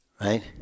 right